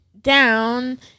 down